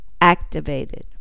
activated